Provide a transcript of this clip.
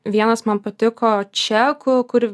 vienas man patiko čekų kur